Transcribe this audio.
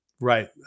Right